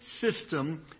system